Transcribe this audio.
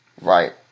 right